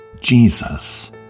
Jesus